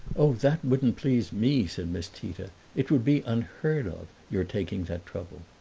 oh, that wouldn't please me, said miss tita. it would be unheard of, your taking that trouble.